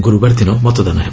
ଗୁରୁବାର ଦିନ ମତଦାନ ହେବ